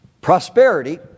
Prosperity